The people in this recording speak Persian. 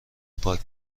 پاک